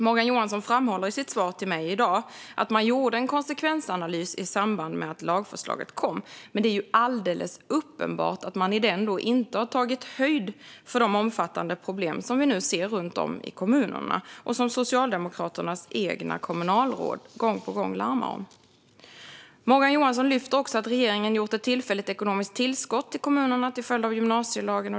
Morgan Johansson framhåller i sitt svar till mig i dag att man gjorde en konsekvensanalys i samband med att lagförslaget kom. Men det är alldeles uppenbart att man i den inte tog höjd för de omfattande problem som vi nu ser runt om i kommunerna och som Socialdemokraternas egna kommunalråd gång på gång larmar om. Morgan Johansson lyfter också att regeringen gett kommunerna ett tillfälligt ekonomiskt tillskott till följd av gymnasielagen.